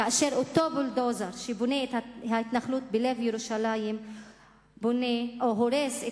כאשר אותו בולדוזר שבונה את ההתנחלות בלב ירושלים הורס את